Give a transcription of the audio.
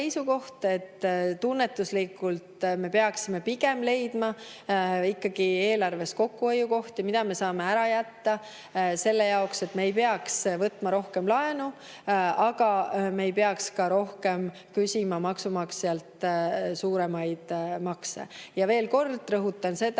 et tunnetuslikult me peaksime pigem leidma ikkagi eelarves kokkuhoiukohti, mida me saame ära jätta selleks, et me ei peaks võtma rohkem laenu. Aga me ei peaks ka rohkem küsima maksumaksjalt suuremaid makse. Ja veel kord rõhutan seda,